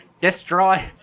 destroy